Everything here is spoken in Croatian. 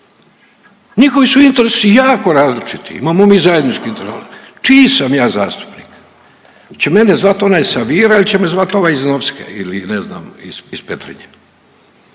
Njihovi su interesi jako različiti, imamo mi zajednički … čiji sam ja zastupnik? Hoće me zvat onaj sa Vira il će me zvat ovaj iz Novske ili ne znam iz Petrinje?